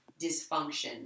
dysfunction